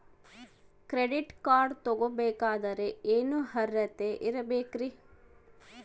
Credit card ತೊಗೋ ಬೇಕಾದರೆ ಏನು ಅರ್ಹತೆ ಇರಬೇಕ್ರಿ?